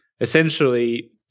Essentially